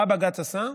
מה בג"ץ עשה?